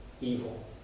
evil